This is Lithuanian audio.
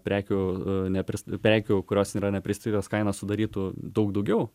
prekių nepris prekių kurios yra nepristatytos kaina sudarytų daug daugiau